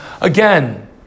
again